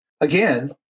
Again